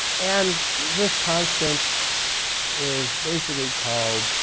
and this constant is basically called